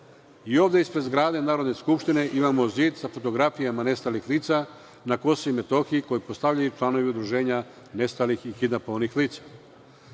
Ovde ispred zgrade Narodne skupštine imamo zid sa fotografijama nestalih lica na Kosovu i Metohiji koje postavljaju članovi Udruženja nestalih i kidnapovanih lica.